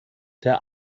der